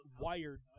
wired